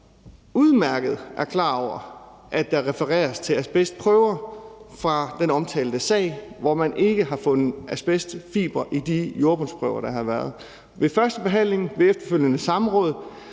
udmærket er klar over, at der refereres til asbestprøver fra den omtalte sag, hvor der ikke er fundet asbestfibre i de jordbundsprøver, der har været. Ved førstebehandlingen og ved efterfølgende samråd